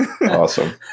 Awesome